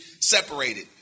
separated